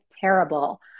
terrible